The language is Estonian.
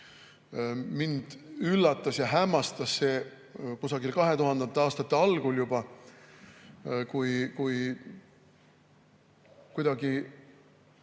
Mind üllatas ja hämmastas see kusagil 2000. aastate algul juba, kui kuidagi